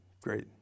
Great